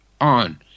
on